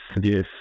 yes